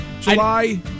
July